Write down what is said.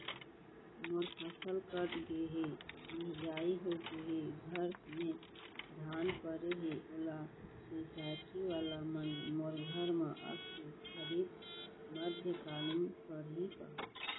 मोर फसल कट गे हे, मिंजाई हो गे हे, घर में धान परे हे, ओला सुसायटी वाला मन मोर घर म आके खरीद मध्यकालीन पड़ही का?